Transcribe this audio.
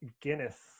Guinness